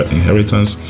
inheritance